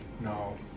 No